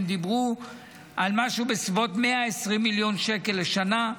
והם דיברו על משהו בסביבות 120 מיליון שקל לשנה,